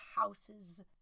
house's